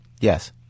Yes